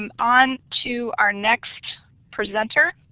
um on to our next presenter.